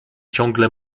ciągle